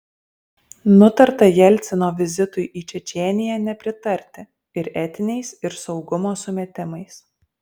nutarta jelcino vizitui į čečėniją nepritarti ir etiniais ir saugumo sumetimais